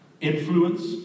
influence